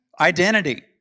identity